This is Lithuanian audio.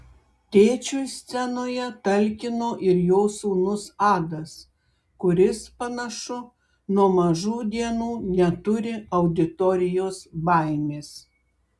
tėčiui scenoje talkino ir jo sūnus adas kuris panašu nuo mažų dienų neturi auditorijos baimės